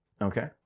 Okay